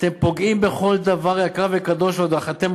אתם פוגעים בכל דבר יקר וקדוש ואחר כך אתם